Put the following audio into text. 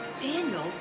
Daniel